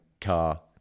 car